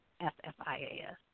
F-F-I-A-S